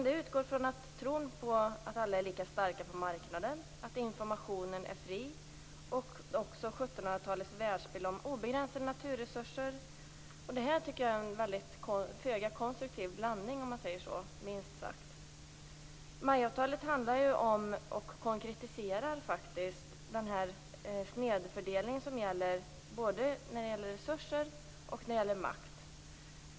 Det utgår i stället från tron på att alla är lika starka på marknaden och att informationen är fri, och den utgår från 1700-talets världsbild om obegränsade naturresurser. Jag tycker att detta är en föga konstruktiv blandning, minst sagt. MAI-avtalet handlar om, och konkretiserar faktiskt, den snedfördelning som i dag råder både när det gäller resurser och makt.